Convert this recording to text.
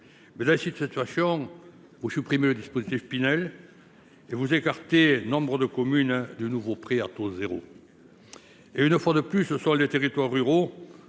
dans cette situation, vous supprimez le dispositif Pinel et vous écartez nombre de communes du nouveau prêt à taux zéro (PTZ). Une fois de plus, ce sont les territoires ruraux,